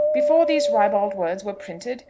before these ribald words were printed,